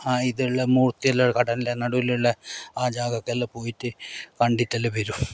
ആ ഇതുള്ള മൂർത്തിയുള്ള കടലിൻ്റെ നടുവിലുള്ള ആ ജാഗക്കെല്ലാം പോയിട്ടു കണ്ടിട്ടെല്ലാം വരും